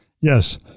Yes